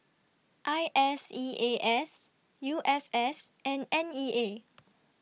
I S E A S U S S and N E A